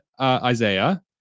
Isaiah